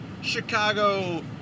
Chicago